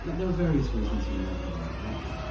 there are various reasons you mightn't like that.